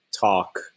talk